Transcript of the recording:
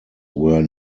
were